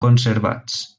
conservats